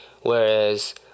Whereas